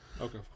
Okay